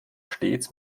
stets